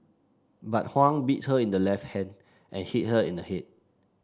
but Huang bit her in the left hand and hit her in the head